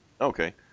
Okay